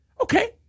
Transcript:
Okay